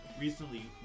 recently